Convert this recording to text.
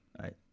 right